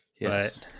Yes